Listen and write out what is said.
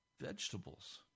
Vegetables